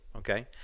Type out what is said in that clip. Okay